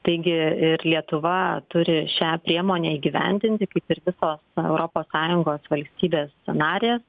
taigi ir lietuva turi šią priemonę įgyvendinti kaip ir visos europos sąjungos valstybės narės